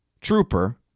Trooper